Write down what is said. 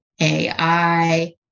AI